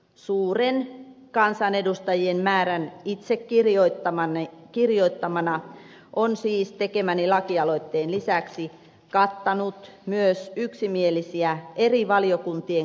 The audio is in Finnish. suuren kansanedustajien määrän itse kirjoittamani kirjat eduskunnan tahto ilmenee tekemäni lakialoitteen suuressa allekirjoittajamäärässä